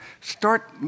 Start